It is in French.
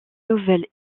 nouvelles